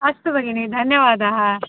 अस्तु भगिनि धन्यवादः